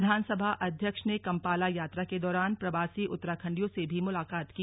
विधानसभा अध्यक्ष ने कंपाला यात्रा के दौरान प्रवासी उत्तराखंडियों से भी मुलाकात की